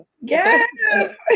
Yes